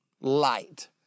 light